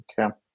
Okay